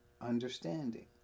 understanding